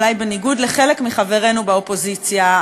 אולי בניגוד לחלק מחברינו באופוזיציה,